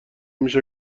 میشه